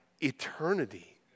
eternity